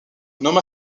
nomma